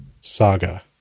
saga